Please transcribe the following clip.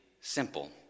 simple